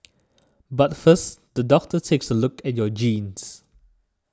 but first the doctor takes a look at your genes